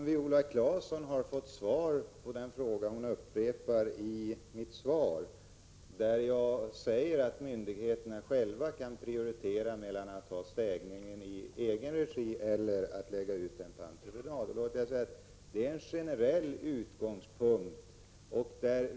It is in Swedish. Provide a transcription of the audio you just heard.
Herr talman! Jag har redan svarat på den fråga som Viola Claesson nu upprepar. Jag säger i frågesvaret att myndigheterna själva kan prioritera mellan att ha städningen i egen regi eller lägga ut den på entreprenad. Det är en generell utgångspunkt.